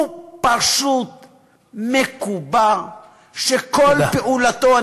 הוא פשוט מקובע, וכל פעולתו, תודה.